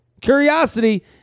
Curiosity